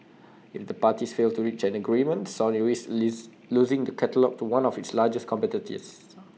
if the parties fail to reach an agreement Sony risks losing the catalogue to one of its largest competitors